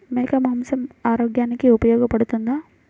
మేక మాంసం ఆరోగ్యానికి ఉపయోగపడుతుందా?